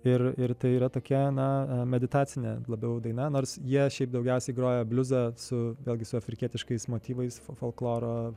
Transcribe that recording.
ir ir tai yra tokia na meditacinė labiau daina nors jie šiaip daugiausiai groja bliuzą su vėlgi su afrikietiškais motyvais folkloro